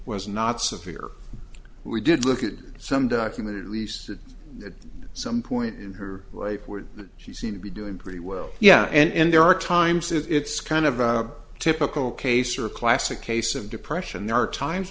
was not severe we did look at some document at least at some point in her life where she seemed to be doing pretty well yeah and there are times it's kind of a typical case or a classic case of depression there are times